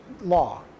law